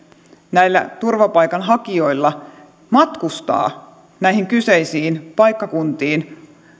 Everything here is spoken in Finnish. turvapaikanhakijoilla matkustaa näille kyseisille paikkakunnille